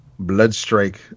Bloodstrike